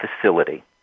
facility